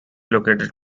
located